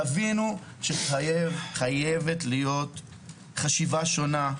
תבינו שחייבת להיות חשיבה שונה,